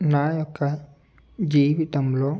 నా యొక్క జీవితంలో